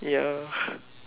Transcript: ya